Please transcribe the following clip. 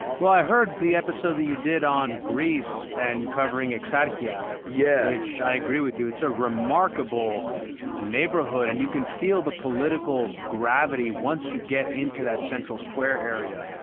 well, i heard the episode that you did on greece and covering exarchia, yeah which i agree with you. it's a remarkable neighborhood and you can feel the political gravity once you get into that central square area.